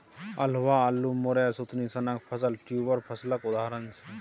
अल्हुआ, अल्लु, मुरय आ सुथनी सनक फसल ट्युबर फसलक उदाहरण छै